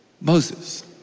Moses